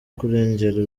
kurengera